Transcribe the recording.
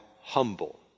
humble